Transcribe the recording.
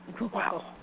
Wow